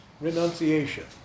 renunciation